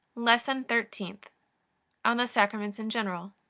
lesson thirteenth on the sacraments in general